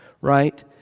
right